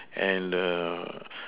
and err